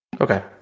Okay